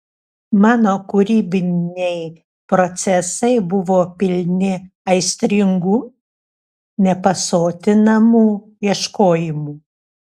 mano kūrybiniai procesai buvo pilni aistringų nepasotinamų ieškojimų